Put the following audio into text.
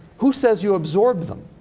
who says you absorb them?